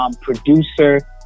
producer